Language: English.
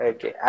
Okay